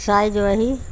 size وہی